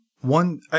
one –